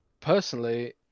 personally